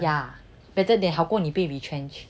ya better than 好过你被 retrenched